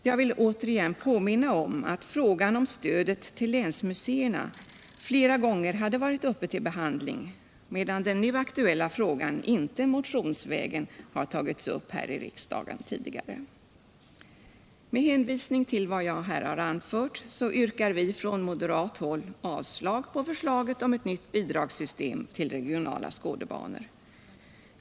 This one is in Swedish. Jag vill återigen påminna om att frågan om stödet till länsmuseerna flera gånger varit uppe till behandling, medan den nu aktuclla frågan inte motionsvägen har tagits upp här i riksdagen tidigare. Med hänvisning till vad jag här har anfört yrkar vi från moderat håll avslag på förslaget om ett nytt bidragssystem till regionala skådebanor.